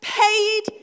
paid